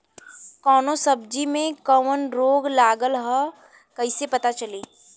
कौनो सब्ज़ी में कवन रोग लागल ह कईसे पता चली?